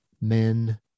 men